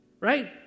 Right